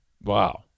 Wow